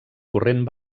corrent